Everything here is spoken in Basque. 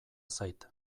zait